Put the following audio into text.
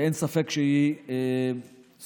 ואין ספק שהיא סוגרת,